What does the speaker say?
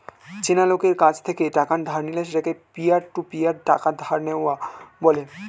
চেনা লোকের কাছ থেকে টাকা ধার নিলে সেটাকে পিয়ার টু পিয়ার টাকা ধার নেওয়া বলে